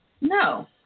No